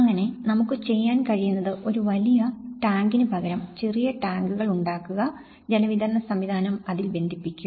അങ്ങനെ നമുക്ക് ചെയ്യാൻ കഴിയുന്നത് ഒരു വലിയ ടാങ്കിന് പകരം ചെറിയ ടാങ്കുകൾ ഉണ്ടാക്കുക ജലവിതരണ സംവിധാനം അതിൽ ബന്ധിപ്പിക്കുക